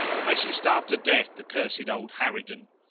may she starve to death, the cursed old harridan!